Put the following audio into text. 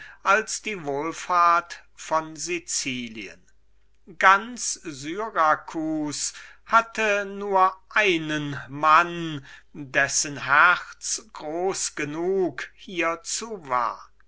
als die wohlfahrt von sicilien ganz syracus hatte nur einen mann dessen herz groß genug hiezu war